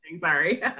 sorry